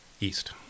east